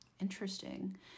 Interesting